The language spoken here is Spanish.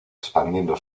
expandiendo